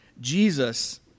Jesus